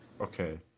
Okay